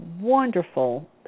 wonderful